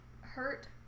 Hurt